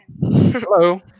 Hello